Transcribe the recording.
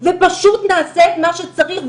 ופשוט נעשה את מה שצריך.